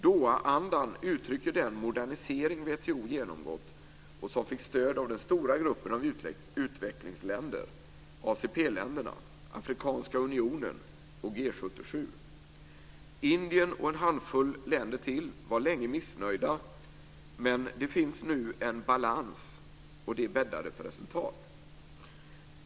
Dohaandan uttrycker den modernisering WTO genomgått, och den fick stöd av den stora gruppen av utvecklingsländer, ACP-länderna, Afrikanska Unionen och G 77. Indien och en handfull länder till var länge missnöjda, men det finns nu en balans, och det bäddade för resultat.